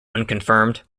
unconfirmed